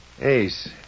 Ace